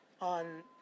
on